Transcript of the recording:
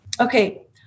okay